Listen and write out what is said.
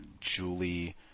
Julie